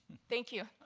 thank you.